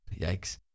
Yikes